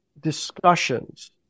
discussions